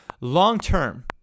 long-term